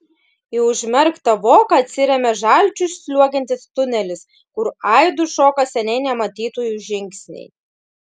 į užmerktą voką atsiremia žalčiu sliuogiantis tunelis kur aidu šoka seniai nematytųjų žingsniai